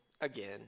again